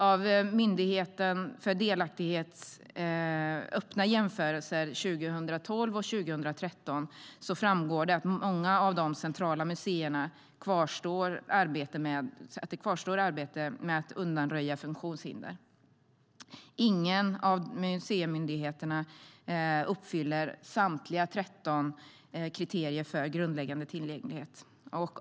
Av Myndigheten för delaktighets öppna jämförelser 2012 och 2013 framgår det att det på många av de centrala museerna kvarstår arbete med att undanröja hinder för funktionsnedsatta personer. Ingen av museimyndigheterna uppfyller samtliga 13 kriterier för grundläggande tillgänglighet.